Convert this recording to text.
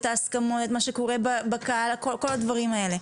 את ההסכמות ואת מה שקורה בקהל וכל הדברים האלה.